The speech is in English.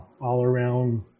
all-around